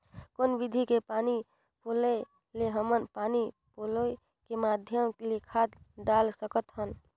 कौन विधि के पानी पलोय ले हमन पानी पलोय के माध्यम ले खाद डाल सकत हन?